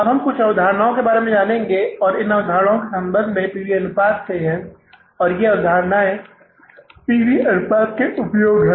अब हम कुछ अन्य अवधारणाओं के बारे में जानेंगे और इन अवधारणाओं का संबंध केवल P V अनुपात से है और ये अवधारणाएँ P V अनुपात के उपयोग हैं